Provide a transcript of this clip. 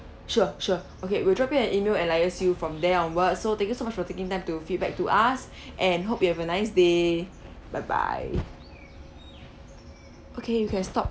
sure sure okay we'll drop you an E-mail and liaise you from there onwards so thank you so much for taking time to feedback to us and hope you have a nice day bye bye okay you can stop